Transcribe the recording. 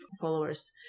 followers